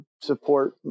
support